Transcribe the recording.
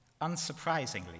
Unsurprisingly